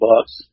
bucks